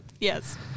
Yes